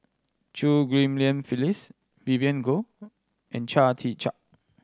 Chew Ghim Lian Phyllis Vivien Goh and Chia Tee Chiak